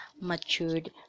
matured